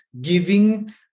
giving